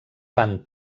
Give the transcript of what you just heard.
fan